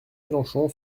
mélenchon